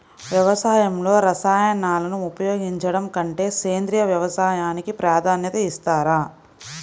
వ్యవసాయంలో రసాయనాలను ఉపయోగించడం కంటే సేంద్రియ వ్యవసాయానికి ప్రాధాన్యత ఇస్తారు